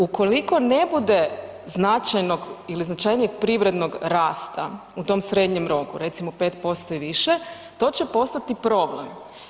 Ukoliko ne bude značajnog ili značajnijeg privrednog rasta u tom srednjem roku, recimo 5% i više, to će postati problem.